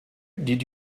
did